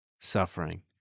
suffering